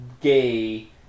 gay